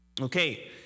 okay